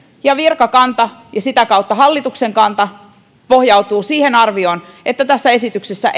ja virkakanta ja sitä kautta hallituksen kanta pohjautuu siihen arvioon että tässä esityksessä